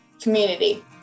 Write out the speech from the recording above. Community